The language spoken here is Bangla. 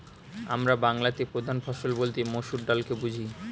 আমরা বাংলাতে প্রধান ফসল বলতে মসুর ডালকে বুঝি